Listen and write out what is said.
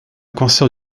cancer